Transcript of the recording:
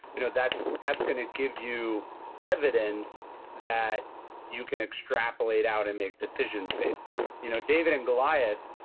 you know that's that's going to give you evidence that you can extrapolate out and make decisions based on you know david and goliath,